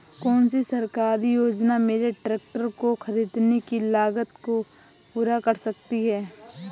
कौन सी सरकारी योजना मेरे ट्रैक्टर को ख़रीदने की लागत को पूरा कर सकती है?